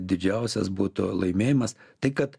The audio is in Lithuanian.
didžiausias būtų laimėjimas tai kad